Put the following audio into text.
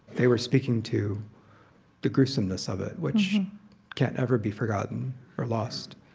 they were speaking to the gruesomeness of it, which can't ever be forgotten or lost.